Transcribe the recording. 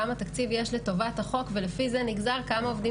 כמה תקציב יש לטובת החוק ולפי זה נגזר כמה עובדים